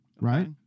Right